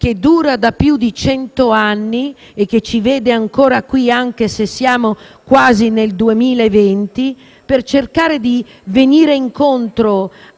che dura da più di cento anni e che ci vede ancora qui anche se siamo quasi nel 2020, per cercare di venire incontro